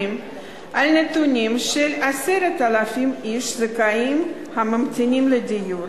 על נתונים של 10,000 זכאים הממתינים לדיור.